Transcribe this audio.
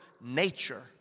nature